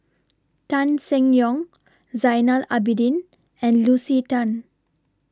Tan Seng Yong Zainal Abidin and Lucy Tan